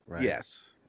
Yes